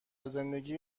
زندگی